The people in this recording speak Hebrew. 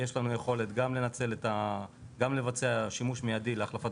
יש לנו את היכולת גם לבצע שימוש מיידי להחלפת